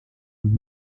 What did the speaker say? und